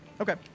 Okay